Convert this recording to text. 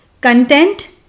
content